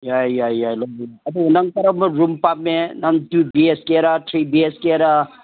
ꯌꯥꯏ ꯌꯥꯏ ꯌꯥꯏ ꯑꯗꯨꯒ ꯅꯪ ꯀꯔꯝꯕ ꯔꯨꯝ ꯄꯥꯝꯃꯦ ꯅꯪ two B H K three B H ꯀꯦꯔ